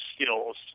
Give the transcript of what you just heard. skills